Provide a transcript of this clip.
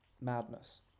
madness